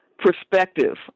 perspective